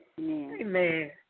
Amen